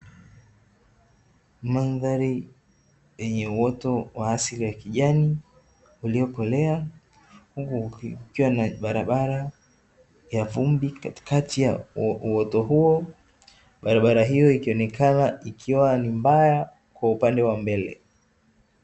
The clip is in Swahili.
Mandhari yenye uoto wa asili ya kijani uliokolea huku kukiwa na barabara ya vumbi katika ya uoto huo, barabara hiyo ikionekana ikiwa ni mbaya kwa upande wa mbele.